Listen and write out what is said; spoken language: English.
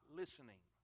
listening